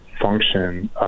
function